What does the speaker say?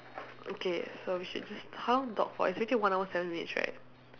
okay so we should just how to talk it's already one hour seven minutes right